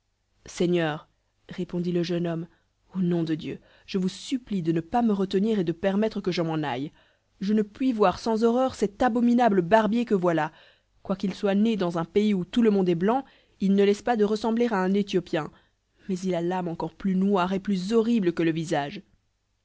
seigneur répondit le jeune homme au nom de dieu je vous supplie de ne pas me retenir et de permettre que je m'en aille je ne puis voir sans horreur cet abominable barbier que voilà quoiqu'il soit né dans un pays où tout le monde est blanc il ne laisse pas de ressembler à un éthiopien mais il a l'âme encore plus noire et plus horrible que le visage